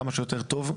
כמה שיותר טוב.